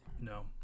No